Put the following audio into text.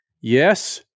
Yes